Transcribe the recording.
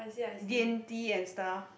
gain tea and stuff